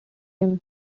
him